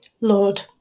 Lord